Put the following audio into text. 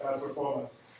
performance